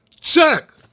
check